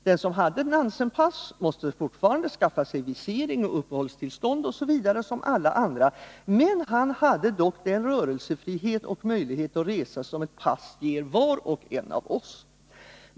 Den som hade Nansen-pass måste fortfarande skaffa sig visering och uppehållstillstånd osv. som alla andra, men man hade dock den rörelsefrihet och möjlighet att resa som ett pass ger var och en av oss.